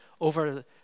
over